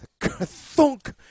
Thunk